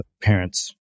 parents